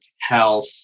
health